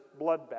bloodbath